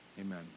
amen